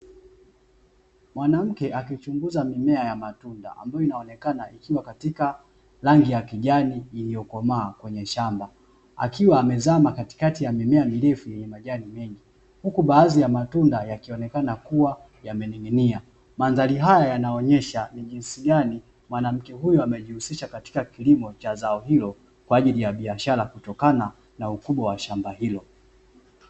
Mwanamke akichunguza mimea ya matunda, ambayo inaonekana ikiwa katika rangi ya kijani iliyokomaa kwenye shamba akiwa amezama katikati ya mimea mirefu yenye majani mengi huku baadhi ya matunda yakionekana kuwa yamening'inia. Mandhari haya yanaonyesha ni jinsi gani mwanamke huyo amejihusisha katika kilimo cha zao hilo kwa ajili ya biashara kutokana na ukubwa wa shamba hilo.